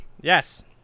Yes